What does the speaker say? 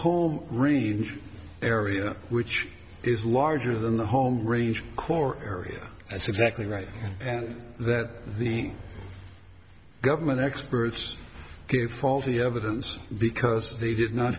whole range area which is larger than the home region core area that's exactly right and that the government experts give faulty evidence because they did not